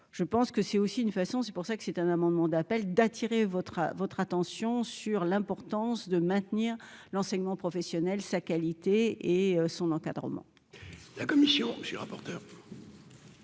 je pense que c'est aussi une façon c'est pour ça que c'est un amendement d'appel d'attirer votre à votre attention sur l'importance de maintenir l'enseignement professionnel, sa qualité et son encadrement. La commission, monsieur le rapporteur.